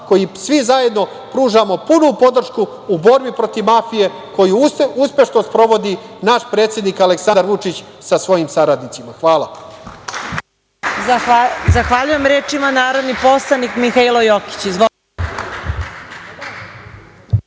koji svi zajedno pružamo punu podršku u borbi protiv mafije koju uspešno sprovodi naš predsednik Aleksandar Vučić sa svojim saradnicima. Hvala.